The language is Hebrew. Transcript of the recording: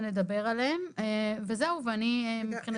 שאנחנו נדבר עליהם וזהו, אני מקווה.